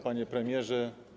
Panie Premierze!